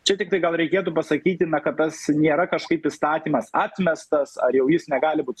čia tiktai gal reikėtų pasakyti na kad tas nėra kažkaip įstatymas atmestas ar jau jis negali būt